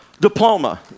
diploma